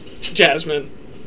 Jasmine